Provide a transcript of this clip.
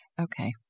okay